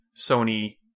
Sony